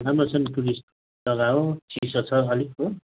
राम्रो छ नि टुरिस्ट जग्गा हो चिसो छ अलिक हो